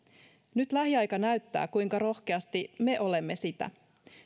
nyt lähiaika näyttää kuinka rohkeasti me olemme sitä